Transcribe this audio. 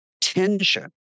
tension